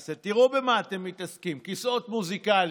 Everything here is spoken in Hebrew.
מתעסקים: כיסאות מוזיקליים,